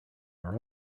are